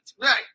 Right